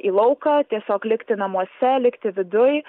į lauką tiesiog likti namuose likti viduj